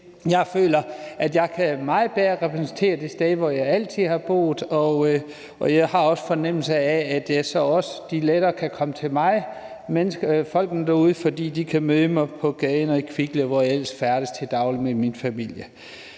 til – at jeg meget bedre kan repræsentere det sted, hvor jeg altid har boet, og jeg har fornemmelsen af, at folkene derude så også lettere kan komme til mig, fordi de kan møde mig på gaden og i Kvickly, og hvor jeg ellers færdes til daglig med min familie.